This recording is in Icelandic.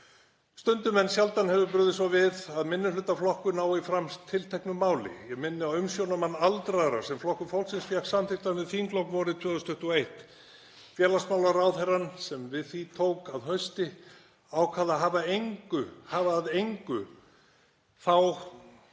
Stundum, en sjaldan, hefur brugðið svo við að minnihlutaflokkur nái fram tilteknu máli. Ég minni á umsjónarmann aldraðra sem Flokkur fólksins fékk samþykktan við þinglok vorið 2021. Félagsmálaráðherrann sem við því tók að hausti ákvað að hafa að engu þá